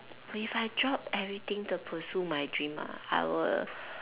if I drop everything to pursue my dream ah I will